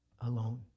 alone